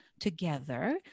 together